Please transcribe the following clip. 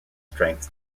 strengths